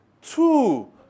two